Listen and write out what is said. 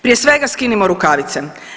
Prije svega skinimo rukavice.